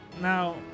now